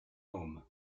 home